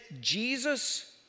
Jesus